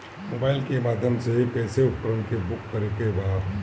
Mobile के माध्यम से कैसे उपकरण के बुक करेके बा?